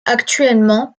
actuellement